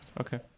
Okay